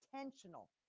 intentional